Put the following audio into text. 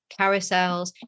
carousels